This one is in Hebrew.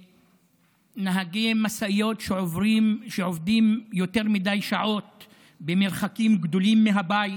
נהגי משאיות שעובדים יותר מדי שעות במרחקים גדולים מהבית